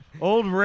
old